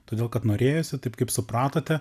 todėl kad norėjosi taip kaip supratote